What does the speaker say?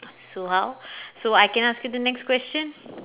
so how so I can ask you the next question